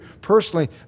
personally